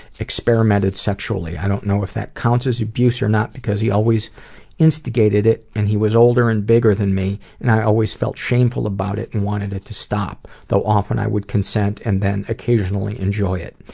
experimented sexually. i don't know if that counts as abuse or not, beause he always instigated it, and he was older and bigger than me and i always felt shameful about it and wanted it to stop, though often i would consent, and then occasionally enjoy it.